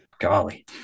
golly